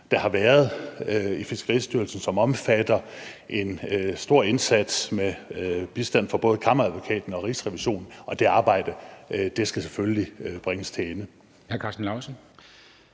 der har været i Fiskeristyrelsen. Den omfatter en stor indsats med bistand fra både kammeradvokaten og Rigsrevisionen, og det arbejde skal selvfølgelig bringes til ende.